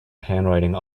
handwriting